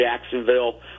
Jacksonville